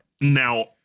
now